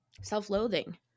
self-loathing